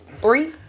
Three